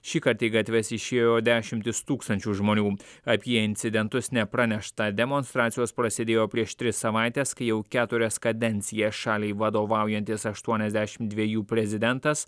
šįkart į gatves išėjo dešimtys tūkstančių žmonių apie incidentus nepranešta demonstracijos prasidėjo prieš tris savaites kai jau keturias kadencijas šaliai vadovaujantis aštuoniasdešim dviejų prezidentas